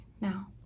Now